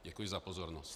Děkuji za pozornost.